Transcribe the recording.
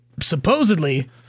supposedly